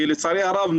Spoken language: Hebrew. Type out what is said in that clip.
לצערי הרב,